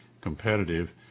competitive